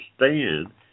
understand